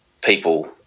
people